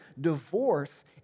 divorce